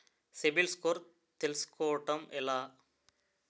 CIBIL score తెల్సుకోటం ఎలా?